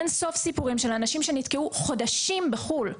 אין סוף סיפורים של אנשים שנתקעו חודשים בחוץ לארץ.